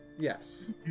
Yes